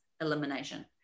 elimination